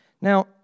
Now